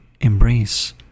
embrace